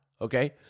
okay